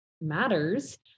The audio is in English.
matters